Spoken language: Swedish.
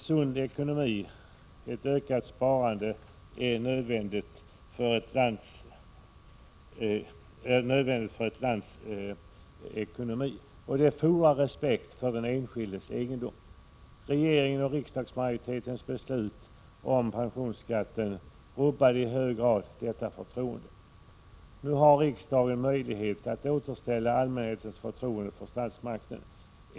En sund ekonomi och ett ökat sparande är nödvändigt för ett lands ekonomi, och det fordrar respekt för den enskildes egendom. Regeringens och riksdagsmajoritetens beslut om pensionsskatten rubbade i hög grad detta förtroende. Nu har riksdagen möjlighet att återställa allmänhetens förtroende för statsmakten.